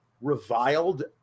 reviled